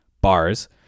Bars